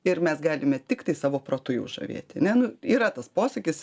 ir mes galime tiktai savo protu jau žavėti ane nu yra tas posakis